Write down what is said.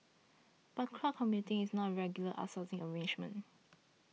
but cloud computing is not a regular outsourcing arrangement